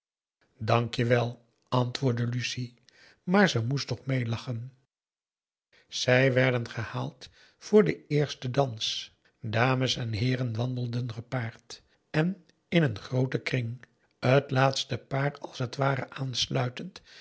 dank je wel antwoordde lucie maar ze moest toch meelachen zij werden gehaald voor den eersten dans dames en heeren wandelden gepaard en in een grooten kring het laatste paar als het ware aansluitend